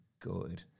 good